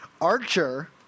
archer